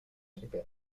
arribem